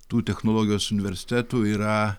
tų technologijos universitetų yra